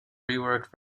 reworked